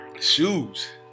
Shoes